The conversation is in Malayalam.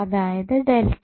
അതായത് ΔR